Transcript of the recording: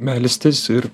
melstis ir